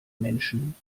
menschen